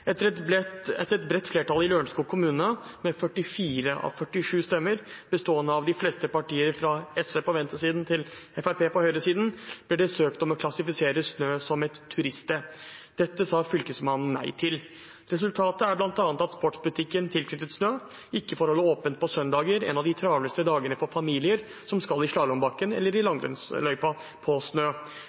Etter et bredt flertall i Lørenskog kommune, med 44 av 47 stemmer bestående av de fleste partier, fra SV på venstresiden til Fremskrittspartiet på høyresiden, ble det søkt om å klassifisere SNØ som et turiststed. Dette sa Fylkesmannen nei til. Resultatet er bl.a. at sportsbutikken tilknyttet SNØ ikke får holde åpen på søndager, en av de travleste dagene for familier som skal i slalåmbakken eller i langrennsløypa på SNØ.